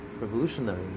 revolutionary